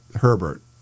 Herbert